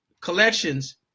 collections